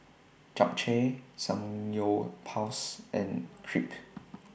Japchae Samgyeopsal and Crepe